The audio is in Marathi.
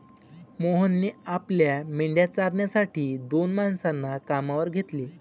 मोहनने आपल्या मेंढ्या चारण्यासाठी दोन माणसांना कामावर घेतले